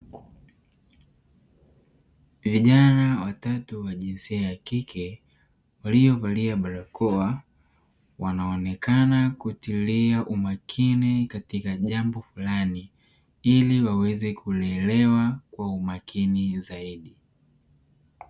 Vijana watatu wa jinsia ya kike waliovalia barakoa wanaonekana kutilia umakini katika jambo fulani ili waweze kulielewa kwa umakini zaidi.